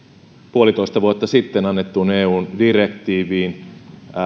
puolitoista vuotta sitten annettuun eun direktiiviin